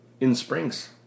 in-springs